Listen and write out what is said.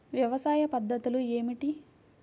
వ్యవసాయ పద్ధతులు ఏమిటి?